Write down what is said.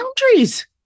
boundaries